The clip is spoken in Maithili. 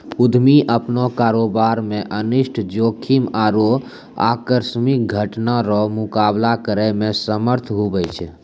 उद्यमी अपनो कारोबार मे अनिष्ट जोखिम आरु आकस्मिक घटना रो मुकाबला करै मे समर्थ हुवै छै